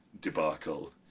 debacle